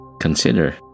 Consider